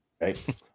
Right